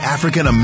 African